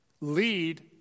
lead